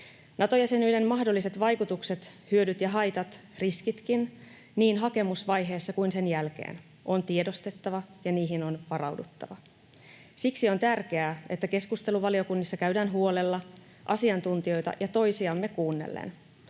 Nato-jäsenyyden mahdolliset vaikutukset, hyödyt ja haitat, riskitkin, niin hakemusvaiheessa kuin sen jälkeen on tiedostettava ja niihin on varauduttava. Siksi on tärkeää, että keskustelu valiokunnissa käydään huolella asiantuntijoita ja toisiamme kuunnellen.